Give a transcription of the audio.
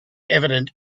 evident